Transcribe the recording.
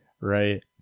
Right